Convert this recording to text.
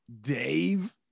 Dave